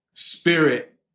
Spirit